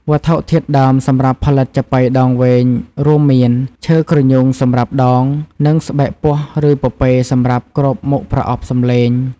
វត្ថុធាតុដើមសម្រាប់ផលិតចាប៉ីដងវែងរួមមាន ឈើគ្រញូងសម្រាប់ដង និងស្បែកពស់ឬពពែសម្រាប់គ្របមុខប្រអប់សំឡេង។